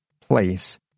place